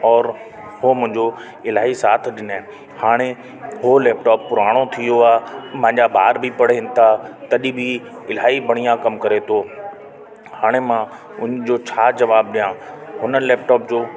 और उहो मुंहिंजो इलाही साथ ॾिने हाणे हो लैपटॉप पुराणो थी वियो आहे मुंहिंजा ॿार बि पढ़नि था तॾहिं बि इलाही बढ़िया कम करे थो हाणे मां हुनजो छा जवाब ॾिया हुन लैपटॉप जो